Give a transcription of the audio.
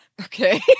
Okay